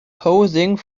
posing